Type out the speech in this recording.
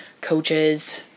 coaches